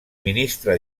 ministre